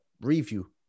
review